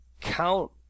count